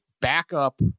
backup